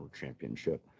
Championship